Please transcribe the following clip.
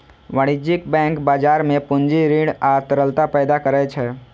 वाणिज्यिक बैंक बाजार मे पूंजी, ऋण आ तरलता पैदा करै छै